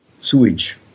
sewage